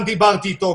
גם דיברתי איתו,